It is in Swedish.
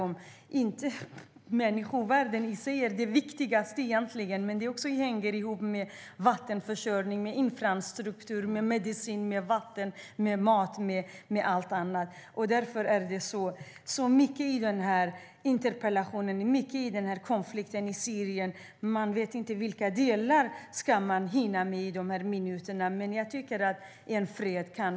Människovärdet i sig är egentligen det viktigaste, men det hänger även ihop med vattenförsörjning, infrastruktur, medicin, mat och allt annat. Det finns mycket att säga om konflikten i Syrien, och man vet inte vilka delar man ska hinna med på de här minuterna i interpellationsdebatten.